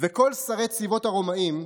"וכל שרי צבאות הרומאים",